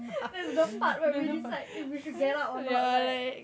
that's the part where we decide if we should get out or not right